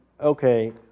okay